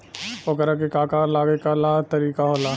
ओकरा के का का लागे ला का तरीका होला?